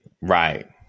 Right